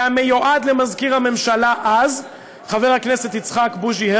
וגם חברת הכנסת לבני.